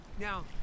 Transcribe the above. now